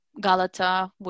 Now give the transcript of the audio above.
Galata